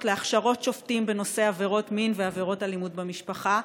להכשרות שופטים בנושא עבירות מין ועבירות אלימות במשפחה,